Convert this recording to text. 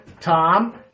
Tom